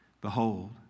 Behold